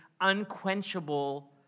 unquenchable